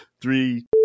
three